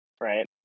right